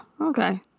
okay